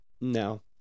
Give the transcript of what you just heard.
No